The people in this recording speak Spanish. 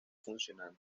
funcionando